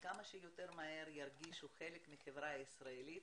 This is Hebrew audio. ירגישו כמה שיותר מהר חלק מהחברה הישראלית,